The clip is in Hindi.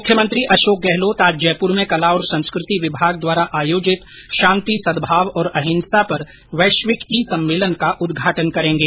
मुख्यमंत्री अशोक गहलोत आज जयप्र में कला और संस्कृति विभाग द्वारा आयोजित शांति सदभाव और अंहिसा पर वैश्विक ई सम्मेलन का उद्घाटन करेंगे